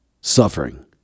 suffering